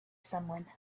someone